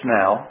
now